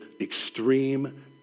extreme